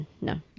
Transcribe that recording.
no